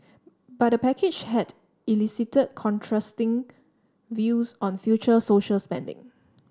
but the package had elicited contrasting views on future social spending